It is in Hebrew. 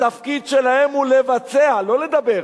התפקיד שלהם הוא לבצע, לא לדבר.